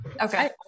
Okay